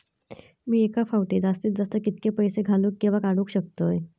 मी एका फाउटी जास्तीत जास्त कितके पैसे घालूक किवा काडूक शकतय?